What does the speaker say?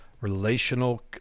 relational